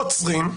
עוצרים,